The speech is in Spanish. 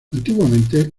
antiguamente